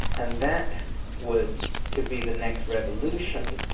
and that was to be the next revolution,